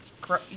grow